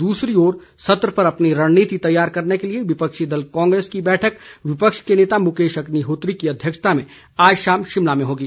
दूसरी ओर सत्र पर अपनी रणनीति तैयार करने के लिए विपक्षी दल कांग्रेस की बैठक विपक्ष के नेता मुकेश अग्निहोत्री की अध्यक्षता में आज शाम शिमला में होगी